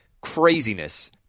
craziness